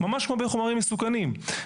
כמו בחומרים מסוכנים,